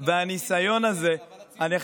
ואנחנו,